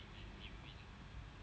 mm